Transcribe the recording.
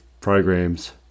programs